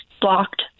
blocked